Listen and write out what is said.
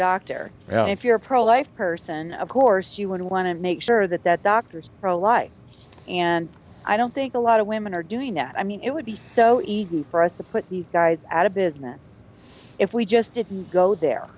doctor and if you're pro life person of course you would want to make sure that that doctors are alike and i don't think a lot of women are doing that i mean it would be so easy for us to put these guys out of business if we just didn't go there